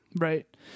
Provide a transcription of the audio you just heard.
Right